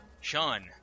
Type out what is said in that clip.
Sean